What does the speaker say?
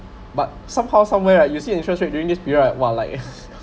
but somehow somewhere right you see interest rate during this period uh !wah! like